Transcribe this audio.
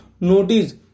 notice